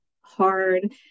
hard